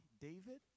David